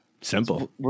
Simple